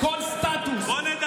כל סטטוס, במדינת ישראל.